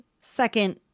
second